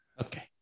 Okay